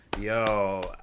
Yo